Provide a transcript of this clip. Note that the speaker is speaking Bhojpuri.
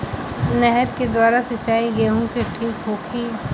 नहर के द्वारा सिंचाई गेहूँ के ठीक होखि?